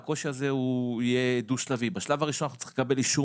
והקושי הזה יהיה דו-שלבי: בשלב הראשון אנחנו צריכים לקבל אישור